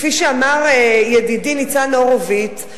כפי שאמר ידידי ניצן הורוביץ,